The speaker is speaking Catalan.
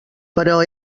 però